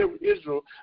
Israel